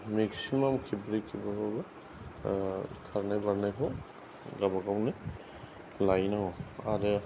maximum खेबब्रै खेबबा बाबो खारनाय बारनायखौ गावबागावनो लाहैनांगौ आरो